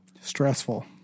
Stressful